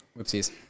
whoopsies